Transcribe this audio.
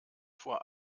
vor